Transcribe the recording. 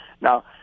Now